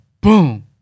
boom